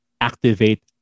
Activate